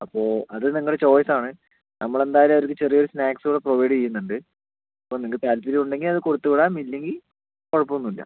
അപ്പോൾ അത് നിങ്ങളുടെ ചോയിസ് ആണ് നമ്മൾ എന്തായാലും അവർക്ക് ചെറിയ ഒരു സ്നാക്ക്സ് ഇവിടെ പ്രൊവൈഡ് ചെയ്യുന്നുണ്ട് അപ്പം നിങ്ങൾക്ക് താത്പര്യം ഉണ്ടെങ്കിൽ അത് കൊടുത്ത് വിടാം ഇല്ലെങ്കിൽ കുഴപ്പം ഒന്നും ഇല്ല